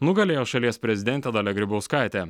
nugalėjo šalies prezidentė dalia grybauskaitė